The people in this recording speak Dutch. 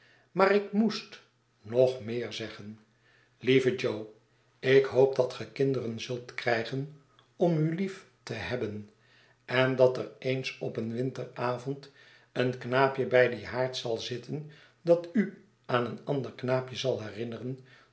maar ik m o e s t nog meer zeggen lieve jo ik hoop dat ge kinderen zult krijgen om u lief te hebben en dat er eens op een winteravond een knaapje bij dien haard zal zitten dat u aan een ander knaapje zal herinneren